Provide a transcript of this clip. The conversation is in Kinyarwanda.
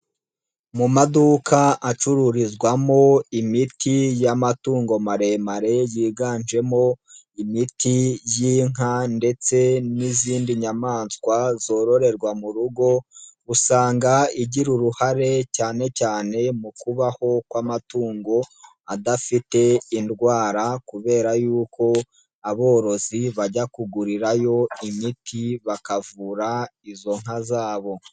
Mu maduka acururizwamo imiti y'amatungo maremare, yiganjemo imiti y'inka ndetse n'izindi nyamaswa zororerwa mu rugo, usanga igira uruhare cyane cyane mu kubaho kw'amatungo adafite indwara kubera yuko aborozi bajya kugurirayo imiti, bakavura izo nka zabo.